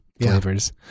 flavors